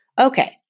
Okay